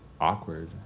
awkward